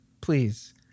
Please